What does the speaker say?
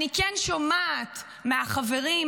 אני כן שומעת מהחברים,